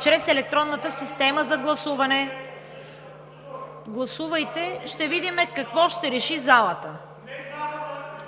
чрез електронната система за гласуване. Гласувайте. Ще видим какво ще реши залата.